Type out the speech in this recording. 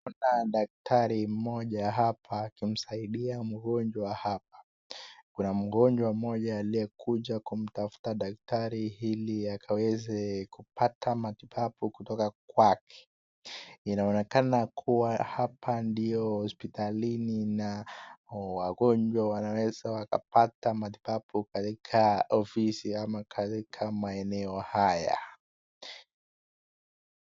Kuna daktari mmoja hapa akimsaidia mgonjwa hapa. Kuna mgonjwa mmoja aliye kuja kumtafuta daktari ili akaweze kupata matibabu kutoka kwake. Inaonekana kuwa hapa ndio hospitalini na wagonjwa wanaweza wakapata matibabu katika ofisi ama katika maeneo haya,